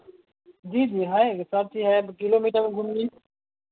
जी जी है सब चीज़ है किलोमीटर पर घूम ले